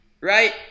right